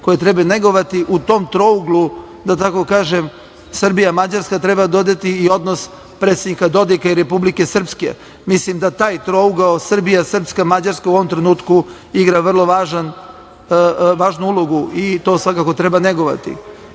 koje treba negovati. U tom trouglu, da tako kažem, Srbija-Mađarska treba dodati i odnos predsednika Dodika i Republike Srpske. Mislim da taj trougao Srbija-Srpka-Mađarska u ovom trenutku igra vrlo važnu ulogu. To svakako treba negovati. Razlike